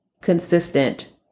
consistent